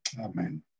Amen